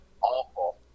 awful